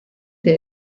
der